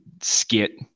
skit